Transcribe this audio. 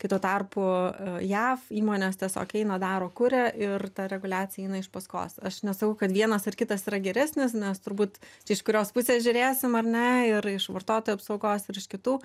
kai tuo tarpu jav įmonės tiesiog eina daro kuria ir ta reguliacija eina iš paskos aš nesakau kad vienas ar kitas yra geresnis nes turbūt iš kurios pusės žiūrėsim ar ne ir iš vartotojų apsaugos ir iš kitų